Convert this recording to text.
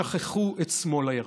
שכחו את "שמאל הירדן".